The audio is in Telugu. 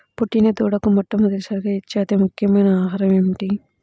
పుట్టిన దూడకు మొట్టమొదటిసారిగా ఇచ్చే అతి ముఖ్యమైన ఆహారము ఏంటి?